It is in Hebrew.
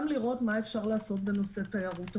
לראות מה אפשר לעשות בנושא תיירות הפנים.